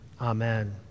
Amen